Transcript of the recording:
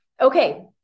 Okay